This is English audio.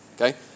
Okay